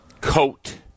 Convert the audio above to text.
coat